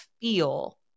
feel